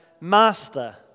Master